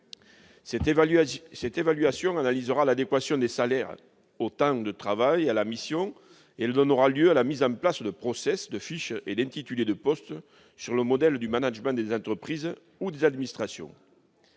Cette évaluation analysera l'adéquation des salaires au temps de travail, à la mission, et elle donnera lieu à la mise en place de, de fiches et d'intitulés de postes, sur le modèle du management des entreprises ou des administrations.